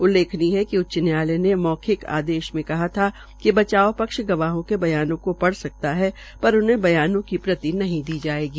उल्लेखनीय है कि उच्च न्यायालय ने मौखिक आदेश मे कहा था कि बचाव पक्ष गवाहों के बयानों को पढ़ सकता है पर उन्हें बयानों से प्रति नहीं दी जायेगी